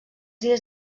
dies